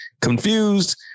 confused